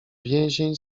więzień